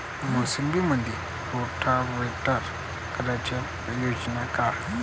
मोसंबीमंदी रोटावेटर कराच पायजे का?